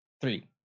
Three